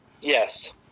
Yes